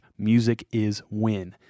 musiciswin